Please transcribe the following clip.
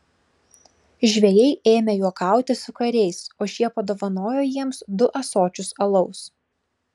žvejai ėmė juokauti su kariais o šie padovanojo jiems du ąsočius alaus